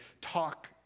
talk